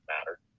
matter